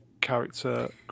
character